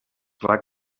clar